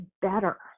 better